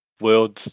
world's